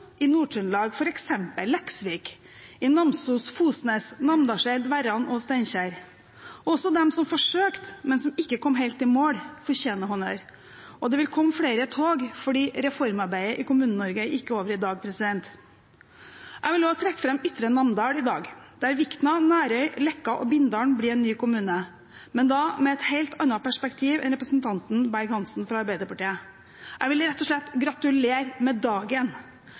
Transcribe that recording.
Nord-Trøndelag, f.eks. i Leksvik, Namsos, Fosnes, Namdalseid, Verran og Steinkjer. Også de som forsøkte, men som ikke kom helt i mål, fortjener honnør. Og det vil komme flere tog, for reformarbeidet i Kommune-Norge er ikke over i dag. Jeg vil også trekke fram Ytre Namdal i dag, der Vikna, Nærøy, Leka og Bindal blir en ny kommune – men da med et helt annet perspektiv enn det representanten Berg-Hansen fra Arbeiderpartiet har. Jeg vil rett og slett gratulere med dagen.